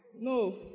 No